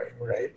right